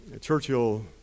Churchill